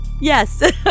Yes